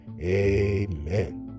Amen